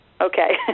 Okay